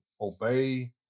obey